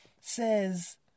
says